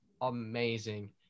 amazing